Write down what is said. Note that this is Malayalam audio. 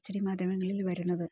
അച്ചടി മാധ്യമങ്ങളിൽ വരുന്നത്